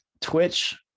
twitch